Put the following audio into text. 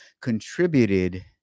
contributed